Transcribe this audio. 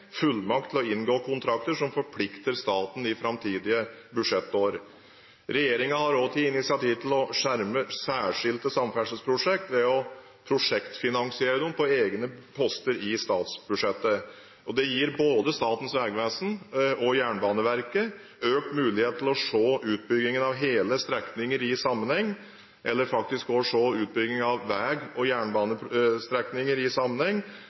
fullmakt til å inngå kontrakter som forplikter staten i framtidige budsjettår. Regjeringen har også tatt initiativ til å skjerme særskilte samferdselsprosjekter ved å prosjektfinansiere dem på egne poster i statsbudsjettet. Det gir både Statens vegvesen og Jernbaneverket økt mulighet til å se utbyggingen av hele strekninger i sammenheng, og faktisk også å se utbygging av vei- og jernbanestrekninger i sammenheng,